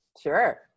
Sure